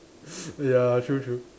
ya true true